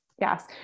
Yes